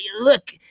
look